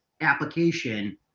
application